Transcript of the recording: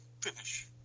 Finish